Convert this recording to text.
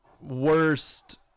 worst